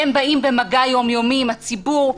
הם באים במגע יומיומי עם הציבור,